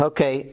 Okay